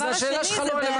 אז השאלה שלך לא רלוונטי.